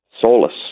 solace